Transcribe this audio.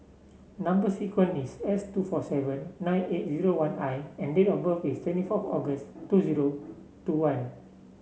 number sequence is S two four seven nine eight zero one I and date of birth is twenty four August two zero two one